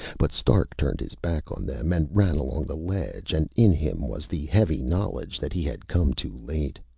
but stark turned his back on them and ran along the ledge, and in him was the heavy knowledge that he had come too late.